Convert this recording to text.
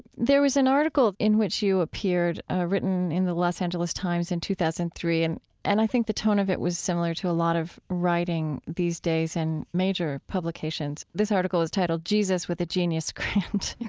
there was an article in which you appeared written in the los angeles times in two thousand and three, and and i think the tone of it was similar to a lot of writing these days in major publications. this article is titled jesus with a genius grant.